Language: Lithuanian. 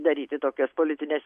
daryti tokias politines